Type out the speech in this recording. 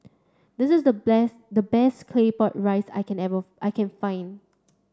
this is the best the best Claypot Rice I can able I can find